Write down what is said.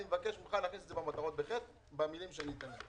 אני מבקש ממך להכניס את זה במטרות ב-(ח) במילים שאני אתן לך,